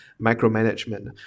micromanagement